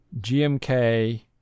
GMK